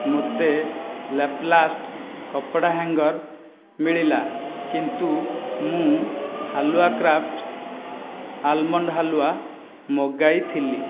ମୋତେ ଲ୍ୟାପ୍ଲାଷ୍ଟ୍ କପଡ଼ା ହ୍ୟାଙ୍ଗର୍ ମିଳିଲା କିନ୍ତୁ ମୁଁ ହାଲୁଆ କ୍ରାଫ୍ଟ ଆଲ୍ମଣ୍ଡ ହାଲୁଆ ମଗାଇଥିଲି